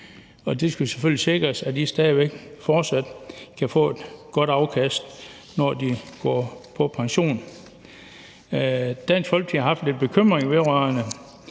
Det skal jo selvfølgelig sikres, at de stadig væk fortsat kan få et godt afkast, når de går på pension. Dansk Folkeparti har haft lidt bekymringer vedrørende